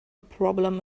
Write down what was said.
problem